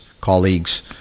colleagues